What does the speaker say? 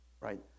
right